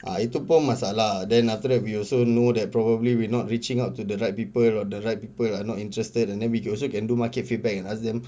ah itu pun masalah then after that we also know that probably we're not reaching out to the right people or the right people are not interested and then we can also can do market feedback and ask them